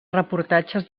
reportatges